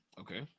Okay